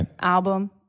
album